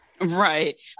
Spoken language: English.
right